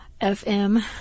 FM